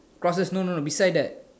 crosses no no no beside that